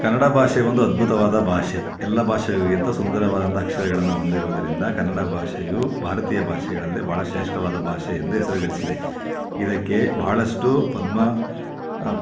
ಕನ್ನಡ ಭಾಷೆ ಒಂದು ಅದ್ಭುತವಾದ ಭಾಷೆ ಎಲ್ಲಾ ಭಾಷೆಗಳಿಗಿಂತ ಸುಂದರವಾದಂತಹ ಅಕ್ಷರಗಳನ್ನು ಹೊಂದಿರುವುದರಿಂದ ಕನ್ನಡ ಭಾಷೆಯು ಭಾರತೀಯ ಭಾಷೆಗಳಲ್ಲೇ ಭಾಳ ಶ್ರೇಷ್ಠವಾದ ಭಾಷೆಯೆಂದೇ ಹೆಸರುಗಳಿಸಿದೆ ಇದಕ್ಕೆ ಬಹಳಷ್ಟು ಪದ್ಮ